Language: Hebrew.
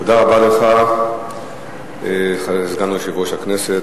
תודה רבה לך סגן יושב-ראש הכנסת,